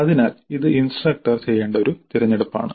അതിനാൽ ഇത് ഇൻസ്ട്രക്ടർ ചെയ്യേണ്ട ഒരു തിരഞ്ഞെടുപ്പാണ്